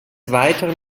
weiteren